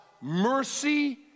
mercy